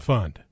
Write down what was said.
Fund